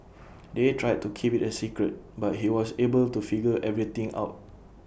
they tried to keep IT A secret but he was able to figure everything out